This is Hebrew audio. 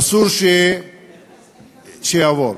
אסור שיעבור.